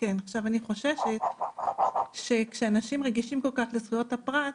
אני חוששת שכאשר אנשים רגישים כל כך לזכויות הפרט,